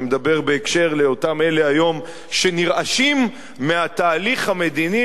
אני מדבר בהקשר של אותם אלה שהיום נרעשים מהתהליך המדיני